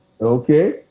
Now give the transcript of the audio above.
Okay